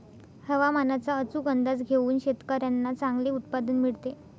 हवामानाचा अचूक अंदाज घेऊन शेतकाऱ्यांना चांगले उत्पादन मिळते